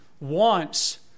wants